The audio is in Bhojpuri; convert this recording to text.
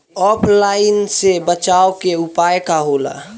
ऑफलाइनसे बचाव के उपाय का होला?